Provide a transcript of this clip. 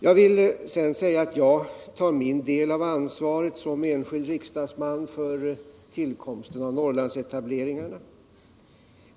Jag tar min del av ansvaret som enskild riksdagsman för tillkomsten av Norrlandsetableringarna.